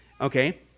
okay